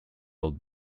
old